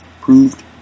proved